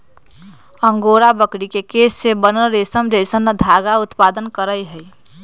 angora बकरी के केश से बनल रेशम जैसन धागा उत्पादन करहइ